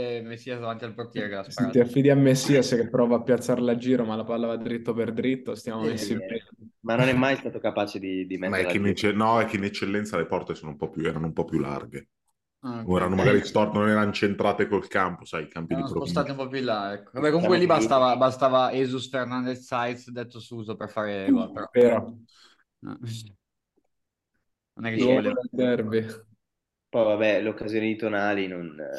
Messias davanti al portiere che l'ha Se ti sparato. affidi a Messias che prova a piazzarla a giro, ma la palla va dritto per dritto, stiamo messi Eh, bene. ma non è mai stato capace di- di Ma è metterla che a in giro. ecce- no, è che in Eccellenza le porte sono un po' più- erano un po' più larghe. Ah, ok. Ora, magari Ok. storte- non erano centrate col campo, sai, i campi Erano di Torino. spostate un po' più in là, ecco. Vabbè, Diciamo comunque lì che- bastava- bastava Jesus Fernandez Sáenz, detto Suso, per fare gol, però. Vero. No. Non è che ci Gol vuole. del derby. Poi vabbè, l'occasione di Tonali non-